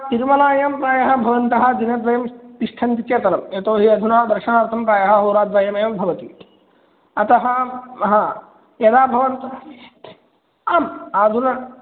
तिरुमलायां प्रायः भवन्तः दिनद्वयं तिष्ठन्ति चेत् अलं यतो हि अधुना दर्शनार्थं प्रायः होराद्वयमेव भवति अतः यदा भवन्तः आम् अधुना